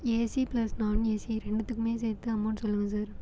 AC plus நான் AC ரெண்டத்துக்குமே சேர்த்து அமௌண்ட் சொல்லுங்கள் சார்